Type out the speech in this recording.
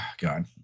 God